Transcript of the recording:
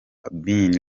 bin